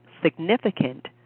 significant